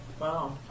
Wow